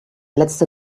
letzte